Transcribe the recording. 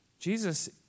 Jesus